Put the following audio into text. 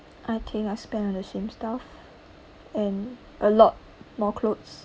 I think I spent on the same stuff and a lot more clothes